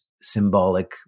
symbolic